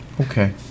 Okay